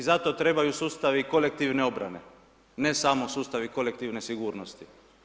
I zato trebaju sustavi kolektivne obrane, ne samo sustavi kolektivne sigurnosti.